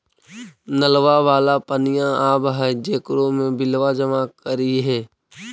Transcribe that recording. नलवा वाला पनिया आव है जेकरो मे बिलवा जमा करहिऐ?